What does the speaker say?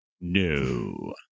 no